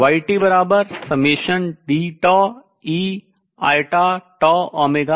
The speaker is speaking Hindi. yt∑Deiτωnt होगा